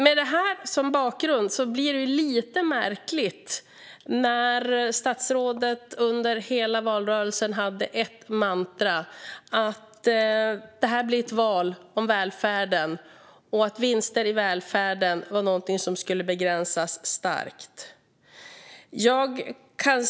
Med detta som bakgrund blir det lite märkligt när statsrådet under hela valrörelsen hade mantrat att det skulle bli ett val om välfärden och att vinster i välfärden skulle begränsas starkt.